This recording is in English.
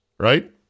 Right